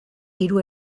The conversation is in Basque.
hiru